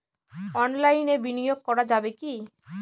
অনলাইনে বিনিয়োগ করা যাবে কি?